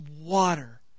water